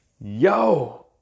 Yo